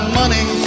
money